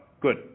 Good